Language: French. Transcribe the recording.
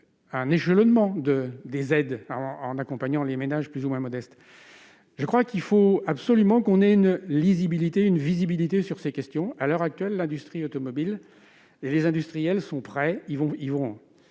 un échelonnement des aides pour accompagner les ménages plus ou moins modestes. Il faut absolument que l'on ait une lisibilité, une visibilité sur ces questions. Aujourd'hui, l'industrie automobile et les industriels sont prêts. Ils vont